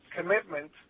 commitment